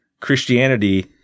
Christianity